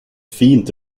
fint